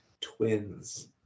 twins